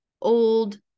old